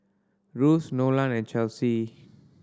Russ Nolan and Chelsi